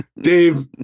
Dave